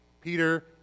Peter